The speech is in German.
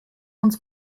uns